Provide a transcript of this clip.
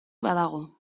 badago